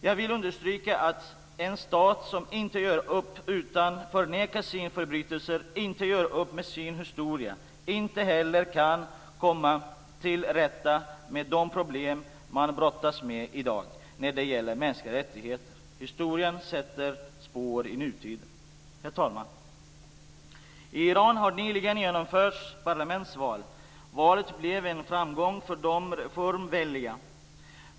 Jag vill understryka att en stat som inte gör upp med sin historia utan förnekar sina förbrytelser inte heller kan komma till rätta med de problem man brottas med i dag när det gäller mänskliga rättigheter. Historien sätter spår i nutiden. Herr talman! I Iran har nyligen genomförts parlamentsval. Valet blev en framgång för de reformvänliga.